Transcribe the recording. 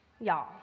y'all